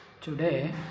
today